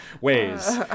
ways